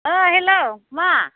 ओय हेलौ मा